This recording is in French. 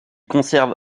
conserve